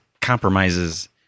compromises